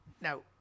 Now